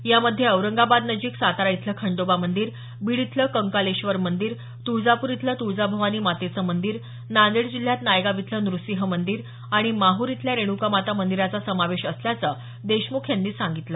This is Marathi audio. यामध्ये औरंगाबादनजीक सातारा इथलं खंडोबा मंदीर बीड इथलं कंकालेश्वर मंदीर तुळजापूर इथलं तुळजाभवानी मातेचं मंदीर नांदेड जिल्ह्यात नायगाव इथलं नुसिंह मंदीर आणि माहूर इथल्या रेणुका माता मंदीराचा समावेश असल्याच देशमुख यांनी सांगितलं